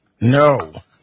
No